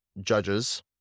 judges